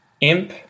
imp